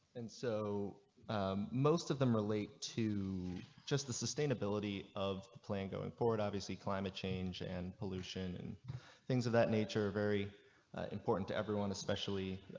and so most of them relate to the sustainability of plan going forward obviously climate change and pollution and things of that nature very important to everyone especially.